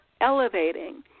elevating